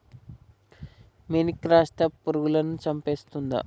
మొనిక్రప్టస్ పురుగులను చంపేస్తుందా?